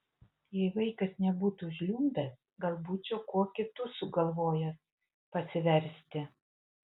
jei vaikas nebūtų žliumbęs gal būčiau kuo kitu sugalvojęs pasiversti